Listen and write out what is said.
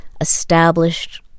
established